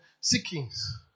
seekings